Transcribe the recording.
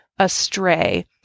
astray